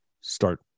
start